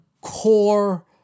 core